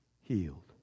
healed